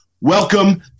Welcome